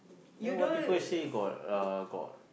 they why people say got uh got